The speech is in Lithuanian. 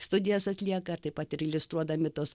studijas atlieka ir taip pat ir iliustruodami tuos